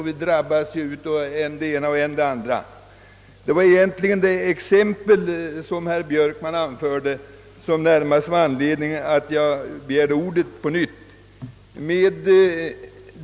Närmaste anledningen till att jag begärde ordet på nytt var det exempel på dyra småhus som herr Björkman anförde.